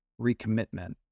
recommitment